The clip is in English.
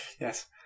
Yes